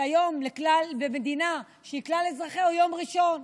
כי היום במדינה שהיא לכלל אזרחיה זה יום ראשון,